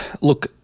Look